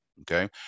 Okay